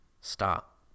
Stop